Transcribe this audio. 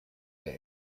der